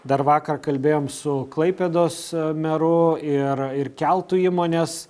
dar vakar kalbėjom su klaipėdos meru ir ir keltų įmonės